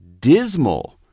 dismal